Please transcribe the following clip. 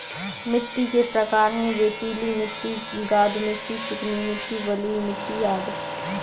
मिट्टी के प्रकार हैं, रेतीली मिट्टी, गाद मिट्टी, चिकनी मिट्टी, बलुई मिट्टी अदि